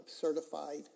Certified